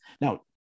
Now